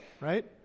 right